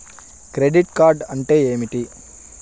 Credit card అంటే ఏమిటి?